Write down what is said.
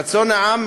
רצון העם,